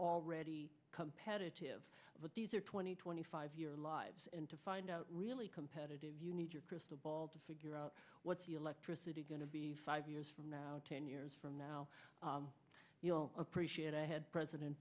already competitive but these are twenty twenty five year lives and to find out really competitive you need your crystal ball to figure out what's the electricity going to be five years from now ten years from now you'll appreciate i had president